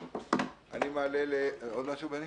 אני